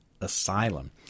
asylum